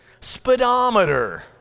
Speedometer